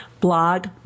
blog